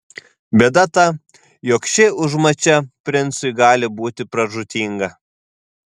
bėda ta jog ši užmačia princui gali būti pražūtinga